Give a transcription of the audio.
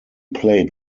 played